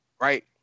right